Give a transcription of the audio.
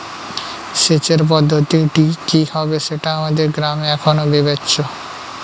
সেচের পদ্ধতিটি কি হবে সেটা আমাদের গ্রামে এখনো বিবেচ্য